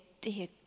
dear